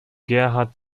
gerhard